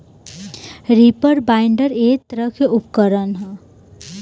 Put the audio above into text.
reaper binder एक तरह के उपकरण ह